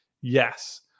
Yes